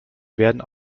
werden